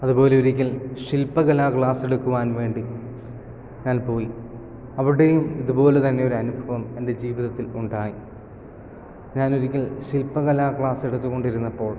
അതുപോലെ ഒരിക്കൽ ശിൽപ്പകലാ ക്ലാസ് എടുക്കുവാൻ വേണ്ടി ഞാൻ പോയി അവിടെയും ഇതുപോലെ തന്നെയൊരു അനുഭവം എൻ്റെ ജീവിതത്തിൽ ഉണ്ടായി ഞാൻ ഒരിക്കൽ ശിൽപ്പകലാ ക്ലാസ് എടുത്തു കൊണ്ടിരുന്നപ്പോൾ